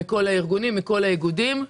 מכל הארגונים ומכל האיגודים.